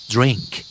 Drink